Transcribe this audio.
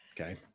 okay